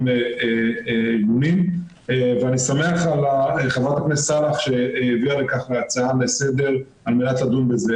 ארגונים ואני שמח שח"כ סאלח הביאה הצעה לסדר על מנת לדון בזה.